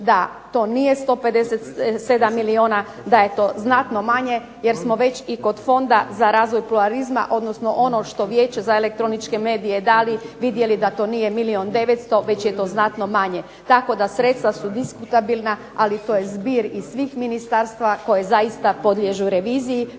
da to nije 157 milijuna, da je to znatno manje jer smo već i kod Fonda za razvoj pluralizma, odnosno ono što Vijeće za elektroničke medije dali, vidjeli da to nije milijun 900, već je to znatno manje. Tako da sredstva su diskutabilna, ali to je zbir iz svih ministarstva koje zaista podliježu reviziji,